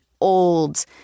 old